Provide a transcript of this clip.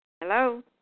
Hello